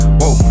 whoa